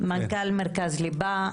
מנכ"ל מרכז ליב"ה.